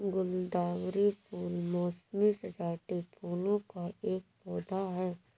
गुलदावरी फूल मोसमी सजावटी फूलों का एक पौधा है